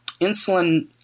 insulin